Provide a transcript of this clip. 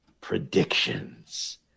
predictions